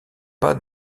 pas